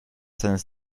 seines